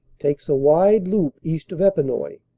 takes a wide loop east of epinoy,